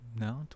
No